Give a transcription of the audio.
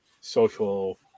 social